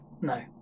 No